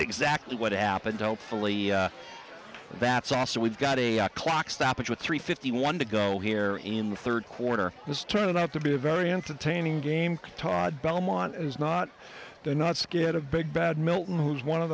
exactly what happened to hopefully that's also we've got a clock stoppage with three fifty one to go here in the third quarter is turning out to be a very entertaining game todd belmont is not they're not scared of big bad milton who's one of